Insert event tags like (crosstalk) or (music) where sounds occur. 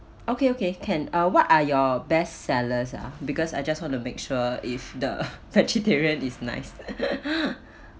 okay okay can uh what are your best sellers ah because I just want to make sure if the vegetarian is nice (laughs)